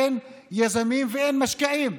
אין יזמים ואין משקיעים.